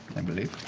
i believe.